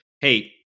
hey